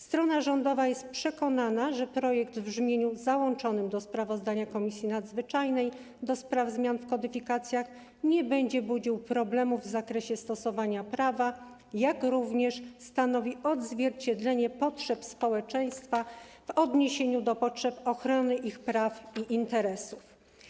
Strona rządowa jest przekonana, że projekt w brzmieniu ze sprawozdania Komisji Nadzwyczajnej do spraw zmian w kodyfikacjach nie będzie budził problemu w zakresie stosowania prawa, jak również stanowi odzwierciedlenie potrzeb społeczeństwa w odniesieniu do potrzeb ochrony ich praw i interesów.